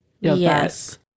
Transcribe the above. Yes